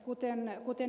kuten ed